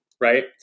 Right